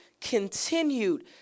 continued